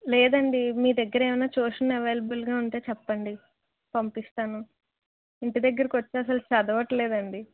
లేదండి మీదగ్గర ఏమన్న ట్యూషన్ అవైలబుల్గా ఉంటే చెప్పండి పంపిస్తాను ఇంటిదగ్గరకు వచ్చి అసలు చదవట్లేదండి